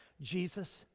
Jesus